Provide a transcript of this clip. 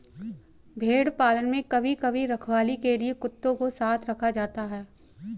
भेड़ पालन में कभी कभी रखवाली के लिए कुत्तों को साथ रखा जाता है